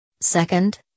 Second